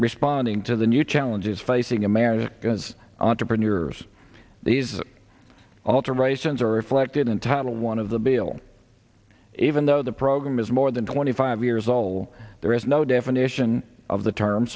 responding to the new challenges facing america's entrepreneurs these alterations are reflected in title one of the bill even though the program is more than twenty five years old there is no definition of the term